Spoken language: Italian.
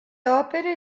opere